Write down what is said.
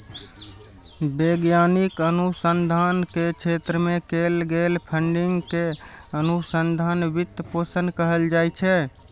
वैज्ञानिक अनुसंधान के क्षेत्र मे कैल गेल फंडिंग कें अनुसंधान वित्त पोषण कहल जाइ छै